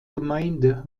gemeinde